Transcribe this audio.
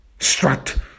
Strut